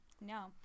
No